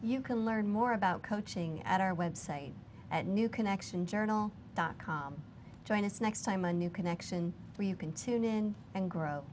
you can learn more about coaching at our website at new connection journal dot com join us next time a new connection where you can tune in and grow